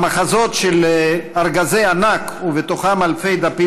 המחזות של ארגזי ענק ובתוכם אלפי דפים